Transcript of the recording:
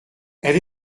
elle